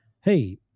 hey